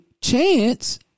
chance